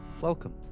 Welcome